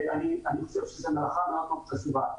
אני חושב שזה מלאכה מאוד מאוד חשובה.